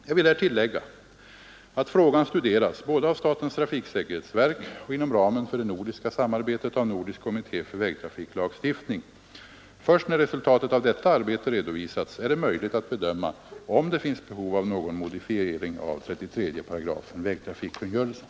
Jag vill här tillägga att frågan studeras både av statens trafiksäkerhetsverk och — inom ramen för det nordiska samarbetet — av Nordisk kommitté för vägtrafiklagstiftning. Först när resultatet av detta arbete redovisats är det möjligt att bedöma om det finns behov av någon modifiering av 33 8 vägtrafikkungörelsen.